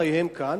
מחייהם כאן,